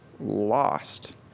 lost